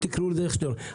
תקראו לזה איך שאתם רוצים.